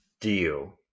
deal